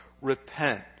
repent